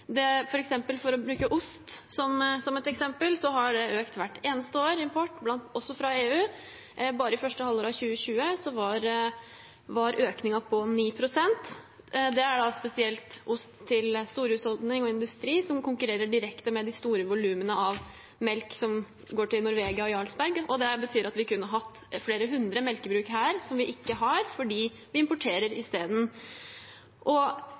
For å bruke ost som et eksempel så har importen også fra EU økt hvert eneste år. Bare i første halvår av 2020 var økningen på 9 pst. Det er spesielt ost til storhusholdning og industri som konkurrerer direkte med de store volumene av melk som går til Norvegia og Jarlsberg. Det betyr at vi kunne hatt flere hundre melkebruk her som vi ikke har fordi vi importerer